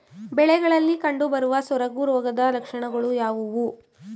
ಬೆಳೆಗಳಲ್ಲಿ ಕಂಡುಬರುವ ಸೊರಗು ರೋಗದ ಲಕ್ಷಣಗಳು ಯಾವುವು?